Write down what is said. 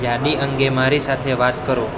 યાદી અંગે મારી સાથે વાત કરો